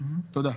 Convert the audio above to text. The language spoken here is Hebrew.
תודה.